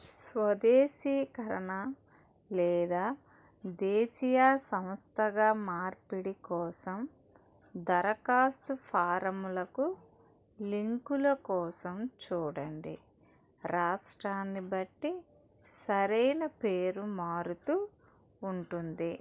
స్వదేశీకరణ లేదా దేశీయ సంస్థగా మార్పిడి కోసం దరఖాస్తు ఫారంలకు లింకుల కోసం చూడండి రాష్ట్రాన్ని బట్టి సరైన పేరు మారుతూ ఉంటుంది